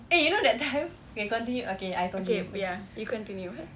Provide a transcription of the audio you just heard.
eh you know that time okay continue okay I continue